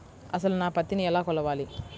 అసలు నా పత్తిని ఎలా కొలవాలి?